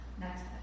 next